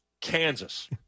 Kansas